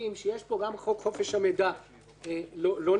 חוק חופש המידע לא נכלל פה,